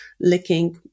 licking